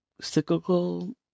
cyclical